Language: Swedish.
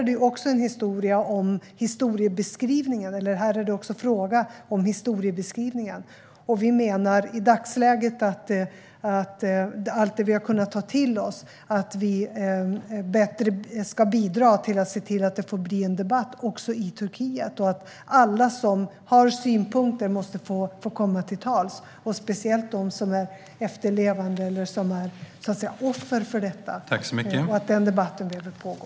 Det är alltså även en fråga om historieskrivningar, och vi menar i dagsläget att allt det vi har kunnat ta till oss bättre ska bidra till att det blir en debatt också i Turkiet. Alla som har synpunkter måste få komma till tals, speciellt de som är efterlevande eller offer för detta, så att säga. Den debatten behöver pågå.